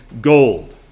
gold